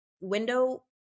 window